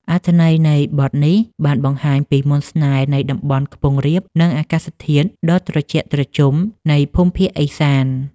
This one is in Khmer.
អត្ថន័យនៃបទនេះបានបង្ហាញពីមន្តស្នេហ៍នៃតំបន់ខ្ពង់រាប និងអាកាសធាតុដ៏ត្រជាក់ត្រជុំនៃភូមិភាគឦសាន។